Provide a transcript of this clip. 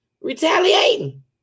retaliating